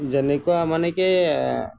যেনেকুৱা মানে কি